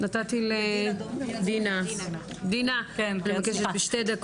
דינה, בבקשה.